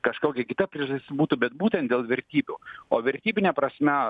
kažkokia kita priežastis būtų bet būtent dėl vertybių o vertybine prasme